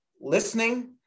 listening